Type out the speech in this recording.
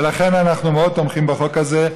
ולכן אנחנו מאוד תומכים בחוק הזה,